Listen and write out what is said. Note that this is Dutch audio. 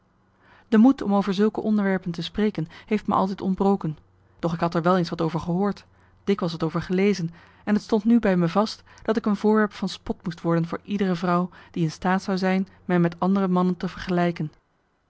de moed om over zulke onderwerpen te spreken heeft me altijd ontbroken doch ik had er wel eens wat over gehoord dikwijls wat over gelezen en het stond nu bij me vast dat ik een voorwerp van spot moest worden voor iedere vrouw die in staat zou zijn mij met andere mannen te vergelijken